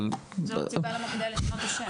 אבל --- זאת הסיבה לשנות את השם.